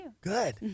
Good